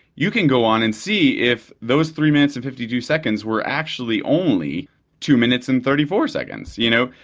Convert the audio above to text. you can go on and see if those three minutes and fifty two seconds were actually only two minutes and thirty four seconds. you know,